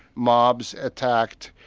mobs attacked,